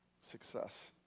success